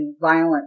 violent